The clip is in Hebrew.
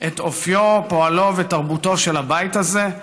את אופיו, פועלו ותרבותו של הבית הזה,